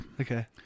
Okay